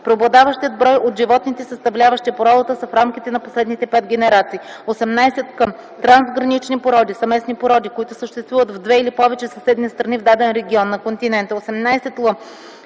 Преобладаващият брой от животните, съставляващи породата, са в рамките на последните 5 генерации. 18к. „Трансгранични породи” са местни породи, които съществуват в две или повече съседни страни в даден регион (на континента).